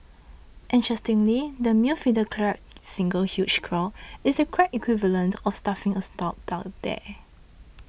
interestingly the male Fiddler Crab's single huge claw is the crab equivalent of stuffing a sock down there